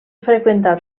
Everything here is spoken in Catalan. freqüentat